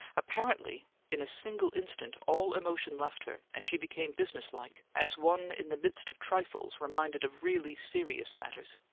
apparently in a single instant all emotion left her, and she became businesslike, as one in the midst of trifles reminded of really serious matters.